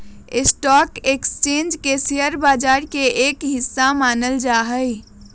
stock exchange के share बाजार के एक हिस्सा मानल जा हई